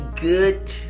good